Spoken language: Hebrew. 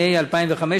הנמקה